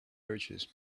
birches